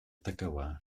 такова